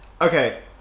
okay